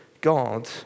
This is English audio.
God